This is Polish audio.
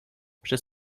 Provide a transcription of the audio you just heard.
przez